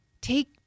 take